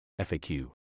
FAQ